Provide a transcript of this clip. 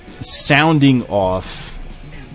sounding-off